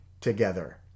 together